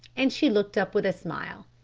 and she looked up with a smile.